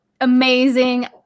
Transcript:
Amazing